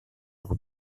pour